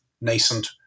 nascent